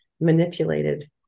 manipulated